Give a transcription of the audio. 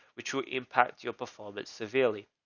which will impact your performance severely.